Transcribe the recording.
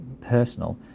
personal